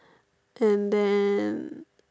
and then